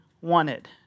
wanted